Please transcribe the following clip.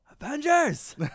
Avengers